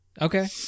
Okay